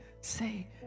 say